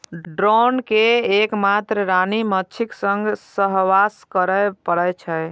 drone कें एक मात्र रानी माछीक संग सहवास करै पड़ै छै